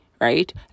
right